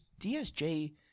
DSJ